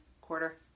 quarter